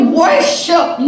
worship